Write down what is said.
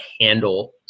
handle